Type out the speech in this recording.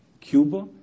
Cuba